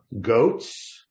goats